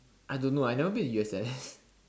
I don't know I never been to U_S_S